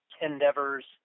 endeavors